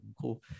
cool